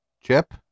Chip